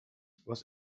was